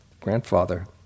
grandfather